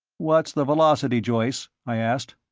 what's the velocity, joyce? i asked.